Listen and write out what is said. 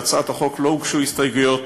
להצעת החוק לא הוגשו הסתייגויות,